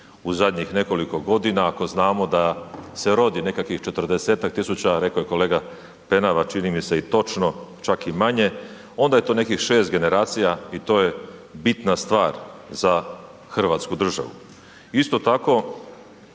u zadnjih nekoliko godina, ako znamo da se rodi nekakvih 40-tak tisuća, rekao je kolega Penava čini mi se i točno čak i manje, onda je to nekih 6 generacija i to je bitna stvar za hrvatsku državu.